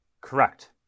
Correct